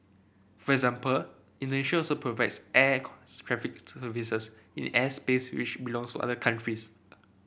for example Indonesia also provides air services in airspace which belongs to other countries